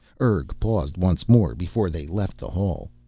urg paused once more before they left the hall.